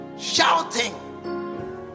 shouting